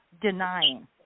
denying